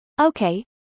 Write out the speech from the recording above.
Okay